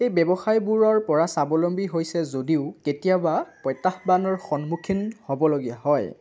এই ব্যৱসায়ীবোৰৰ পৰা স্বাৱলম্বী হৈছে যদিও কেতিয়াবা প্ৰত্যাহ্বানৰ সন্মুখীন হ'বলগীয়া হয়